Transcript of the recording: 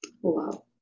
Wow